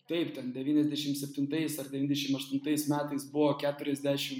taip ten devyniasdešim septintais ar devyniadešim aštuntais metais buvo keturiasdešim